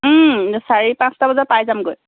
চাৰি পাঁচটা বজাত পাই যামগৈ